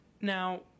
now